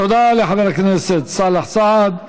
תודה לחבר הכנסת סאלח סעד.